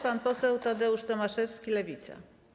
Pan poseł Tadeusz Tomaszewski, Lewica.